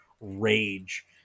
rage